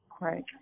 right